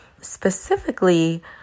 specifically